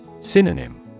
Synonym